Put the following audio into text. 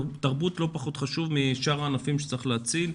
תרבות לא פחות חשוב משאר הענפים שצריך להציל.